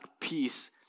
peace